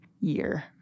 year